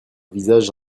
visage